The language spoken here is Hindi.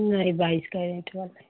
नहीं बाइस कैरेट वाला ही